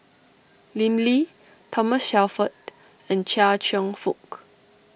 Lim Lee Thomas Shelford and Chia Cheong Fook